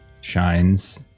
shines